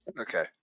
Okay